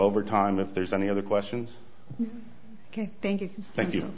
over time if there's any other questions ok thank you thank you